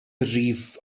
rif